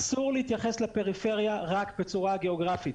אסור להתייחס לפריפריה רק בצורה גיאוגרפית.